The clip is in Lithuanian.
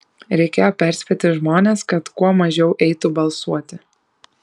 reikėjo perspėti žmones kad kuo mažiau eitų balsuoti